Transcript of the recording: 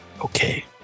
Okay